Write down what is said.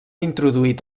introduït